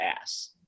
ass